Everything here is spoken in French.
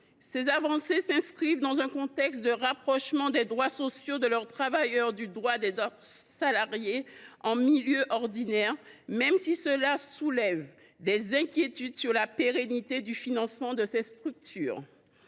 Ces avancées s’inscrivent dans un contexte de rapprochement des droits sociaux de leurs travailleurs du droit des salariés en milieu ordinaire, même si cela soulève des inquiétudes sur la pérennité du financement de ces structures.